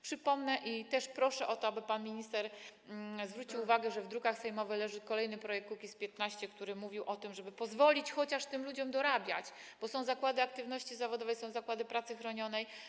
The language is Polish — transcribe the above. Przypomnę - i też proszę o to, aby pan minister zwrócił na to uwagę - że w drukach sejmowych leży kolejny projekt Kukiz’15, który mówił o tym, żeby pozwolić tym ludziom chociaż dorabiać, bo są zakłady aktywności zawodowej, są zakłady pracy chronionej.